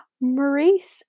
Maurice